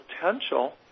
potential